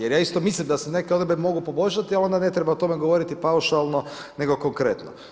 Jer ja isto mislim da se neke odredbe mogu poboljšati, ali onda ne treba o tome govoriti paušalno nego konkretno.